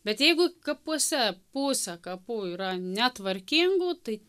bet jeigu kapuose puse kapų yra netvarkingų tai